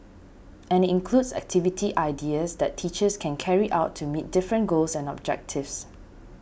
and includes activity ideas that teachers can carry out to meet different goals and objectives